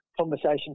conversation